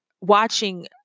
watching